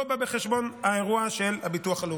לא בא בחשבון האירוע של הביטוח הלאומי.